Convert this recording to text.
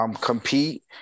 Compete